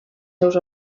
seus